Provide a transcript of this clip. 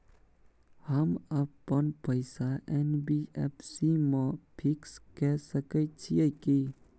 हम अपन पैसा एन.बी.एफ.सी म फिक्स के सके छियै की?